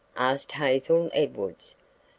asked hazel edwards.